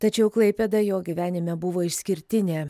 tačiau klaipėda jo gyvenime buvo išskirtinė